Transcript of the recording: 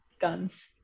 guns